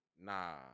nah